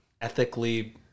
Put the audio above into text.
ethically